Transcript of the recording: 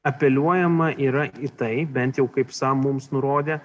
apeliuojama yra į tai bent jau kaip sam mums nurodė